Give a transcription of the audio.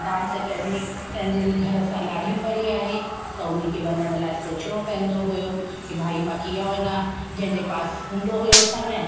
dance academic कंहिंजे घर सां ॾाढी परे आहे त हुनखे वञण लाइ ॾाढो सोचिणो पवंदो हुओ कि भई मां कीअं वञा जंहिंजे पास हूंदो हुओ समय